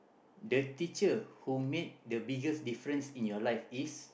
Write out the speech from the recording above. the teacher who made the biggest difference in your life is